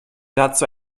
dazu